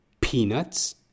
peanuts